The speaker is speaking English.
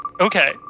Okay